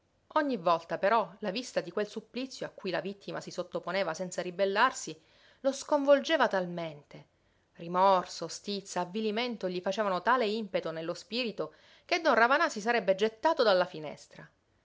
ogni volta però la vista di quel supplizio a cui la vittima si sottoponeva senza ribellarsi lo sconvolgeva talmente rimorso stizza avvilimento gli facevano tale impeto nello spirito che don ravanà si sarebbe gettato dalla finestra